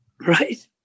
right